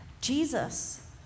Jesus